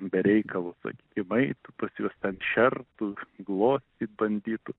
be reikalo sakykim eitų pas juos ten šertų glostyt bandytų